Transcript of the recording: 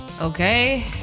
Okay